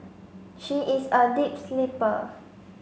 she is a deep sleeper